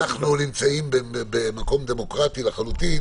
אנחנו נמצאים במקום דמוקרטי לחלוטין